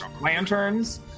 lanterns